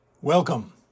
Welcome